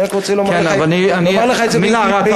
אני רק רוצה לומר לך את זה בידידות.